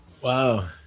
Wow